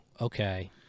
okay